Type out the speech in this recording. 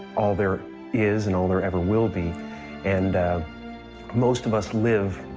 all there is and all there ever will be and most of us live